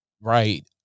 Right